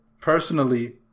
personally